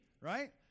Right